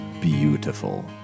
beautiful